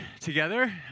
together